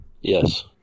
Yes